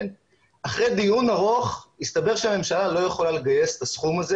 אחרי דיון ארוך הסתבר שהממשלה לא יכולה לגייס את הסכום הזה,